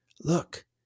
Look